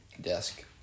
desk